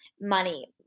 money